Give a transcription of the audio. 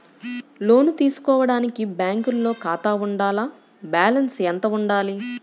లోను తీసుకోవడానికి బ్యాంకులో ఖాతా ఉండాల? బాలన్స్ ఎంత వుండాలి?